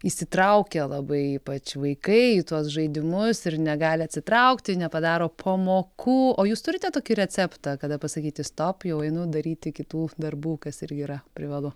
įsitraukia labai ypač vaikai į tuos žaidimus ir negali atsitraukti nepadaro pamokų o jūs turite tokį receptą kada pasakyti stop jau einu daryti kitų darbų kas irgi yra privalu